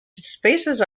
spaces